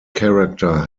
character